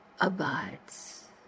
Abides